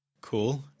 Cool